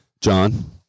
John